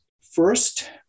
First